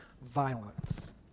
violence